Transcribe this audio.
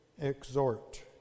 exhort